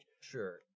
sure